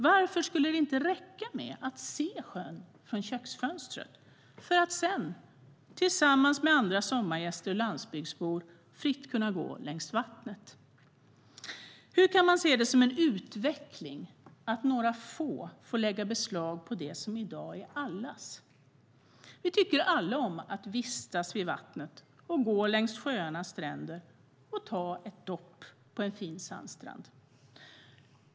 Varför skulle det inte räcka med att se sjön från köksfönstret, för att sedan, tillsammans med andra sommargäster och landsbygdsbor, fritt kunna gå längs vattnet? Hur kan man se det som en utveckling att några få får lägga beslag på det som i dag är allas? Vi tycker alla om att vistas vid vattnet, gå längs sjöarnas stränder och ta ett dopp på en fin sandstrand.